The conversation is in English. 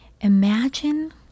imagine